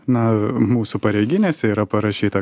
na mūsų pareiginėse yra parašyta